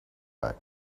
egg